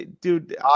dude